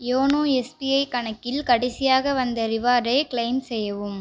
YONO SBI கணக்கில் கடைசியாக வந்த ரிவார்டை கிளெய்ம் செய்யவும்